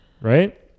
right